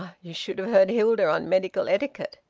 you should have heard hilda on medical etiquette.